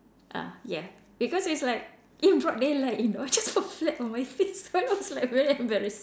ah yeah because it's like in broad daylight you know I just fall flat on my face so I was like very embarrassing